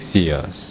years